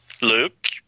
Luke